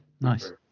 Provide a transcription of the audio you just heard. nice